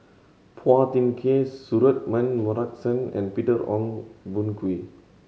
Phua Thin Kiay Suratman Markasan and Peter Ong Boon Kwee